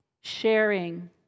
sharing